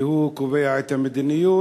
כי הוא קובע את המדיניות,